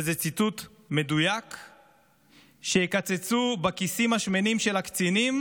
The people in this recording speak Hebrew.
וזה ציטוט מדויק: "כשיקצצו בכיסים השמנים של הקצינים,